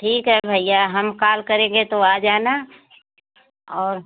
ठीक है भइया हम काल करेंगे तो आ जाना और